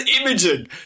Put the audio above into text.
imaging